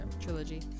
trilogy